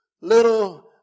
little